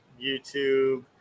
YouTube